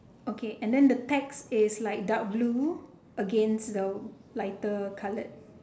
okay and then the text is like dark blue against the lighter coloured